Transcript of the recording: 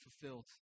fulfilled